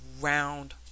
round